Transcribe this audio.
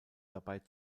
dabei